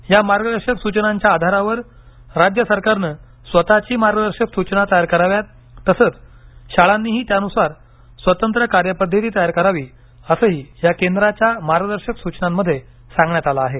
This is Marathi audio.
या मार्गदर्शक सुचनांच्या आधारावर राज्य सरकारनं स्वतःची मार्गदर्शक सूचना तयार कराव्यात तसंचं शाळांनीही त्यानुसार स्वतंत्र कार्यपद्धती तयार करावी असंही या केंद्राच्या मार्गदर्शक सूचनांमध्ये सांगण्यात आलं आहे